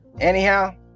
Anyhow